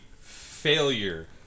failure